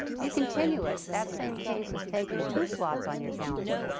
if you continue it, that same case has taken two slots on your calendar.